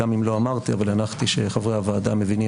גם אם לא אמרתי אבל הנחתי שחברי הוועדה מבינים